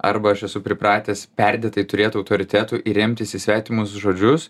arba aš esu pripratęs perdėtai turėt autoritetų ir remt svetimus žodžius